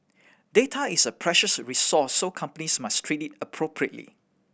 data is a precious resource so companies must treat it appropriately